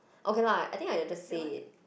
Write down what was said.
okay lah I think I will just say it